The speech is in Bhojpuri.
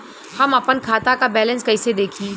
हम आपन खाता क बैलेंस कईसे देखी?